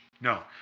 No